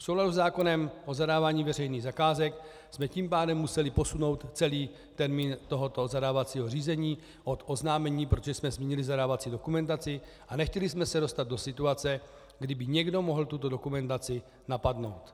V souladu se zákonem o zadávání veřejných zakázek jsme tím pádem museli posunout celý termín tohoto zadávacího řízení od oznámení, protože jsme změnili zadávací dokumentaci a nechtěli jsme se dostat do situace, kdy by někdo mohl tuto dokumentaci napadnout.